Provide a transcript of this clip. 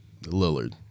Lillard